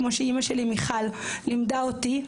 כמו שאמא שלי מיכל לימדה אותי,